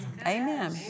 Amen